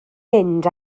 mynd